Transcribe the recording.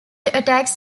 attacks